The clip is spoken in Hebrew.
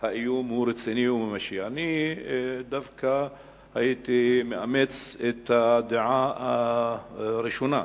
שהאיום רציני וממשי." אני דווקא הייתי מאמץ את הדעה הראשונה,